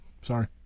sorry